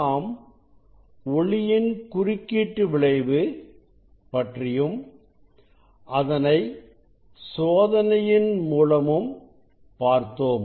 நாம் ஒளியின் குறுக்கீட்டு விளைவு பற்றியும் அதனை சோதனையின் மூலமும் பார்த்தோம்